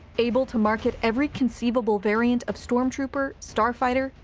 able to market every conceivable variant of stormtrooper, starfighter,